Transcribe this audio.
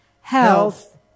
health